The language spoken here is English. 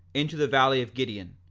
into the valley of gideon,